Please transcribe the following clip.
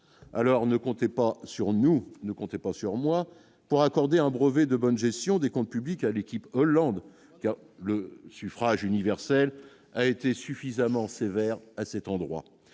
alors ne comptez pas sur nous, ne comptez pas sur moi pour accorder un brevet de bonne gestion des comptes. Public à l'équipe Hollande que le suffrage universel a été suffisamment sévères à cet endroit